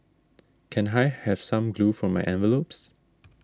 can I have some glue for my envelopes